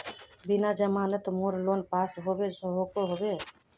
बिना जमानत मोर लोन पास होबे सकोहो होबे?